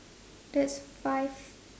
that's five